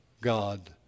God